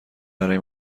برای